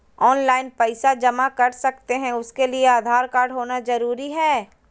Online पैसा जमा कर सकते हैं उसके लिए आधार कार्ड होना जरूरी है?